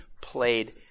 played